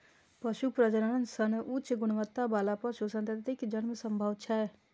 पशु प्रजनन सं उच्च गुणवत्ता बला पशु संततिक जन्म संभव छै